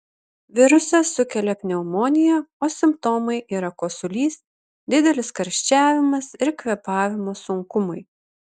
virusas sukelia pneumoniją o simptomai yra kosulys didelis karščiavimas ir kvėpavimo sunkumai